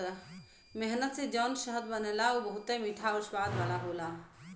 मेहनत से जौन शहद बनला उ बहुते मीठा आउर स्वाद वाला होला